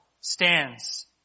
stands